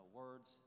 words